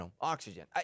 oxygen